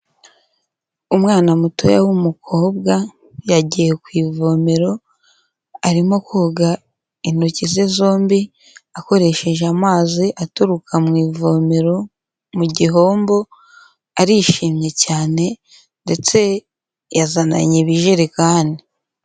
Umwana mutoya w'umukobwa yagiye ku ivomero, arimo koga intoki ze zombi, akoresheje amazi aturuka mu ivomero, mu gihombo arishimye cyane ndetse yazananye ibijerekani.